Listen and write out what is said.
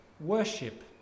Worship